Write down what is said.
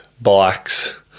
bikes